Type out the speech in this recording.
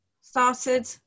started